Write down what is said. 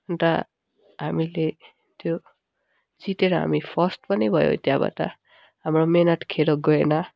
अन्त हामीले त्यो जितेर हामी फर्स्ट पनि भयो त्यहाँबाट हाम्रो मेहनत खेरो गएन